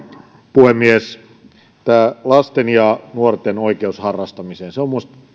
puhemies tämä lasten ja nuorten oikeus harrastamiseen se on minusta